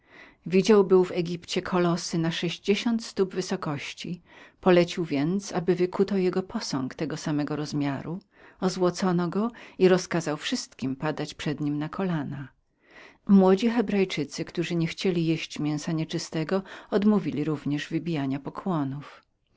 widział był w egipcie kolossy na sześćdziesiąt stóp wysokości polecił więc aby wykuto jego posąg tego samego rozmiaru ozłocono go i rozkazał wszystkim padać przed nim na kolana młodzi hebrajczycy którzy niechcieli jeść mięsa nieczystego również odmówili wybijania pokłonów